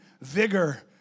vigor